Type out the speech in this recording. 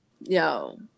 Yo